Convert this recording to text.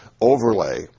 overlay